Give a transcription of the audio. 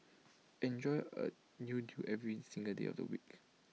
enjoy A new deal every single day of the week